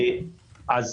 פה